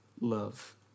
love